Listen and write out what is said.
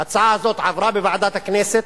ההצעה הזאת עברה בוועדת הכנסת,